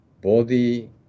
body